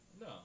No